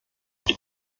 ich